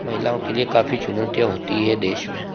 महिलाओं के लिए काफ़ी चुनौतियाँ होती हे देश में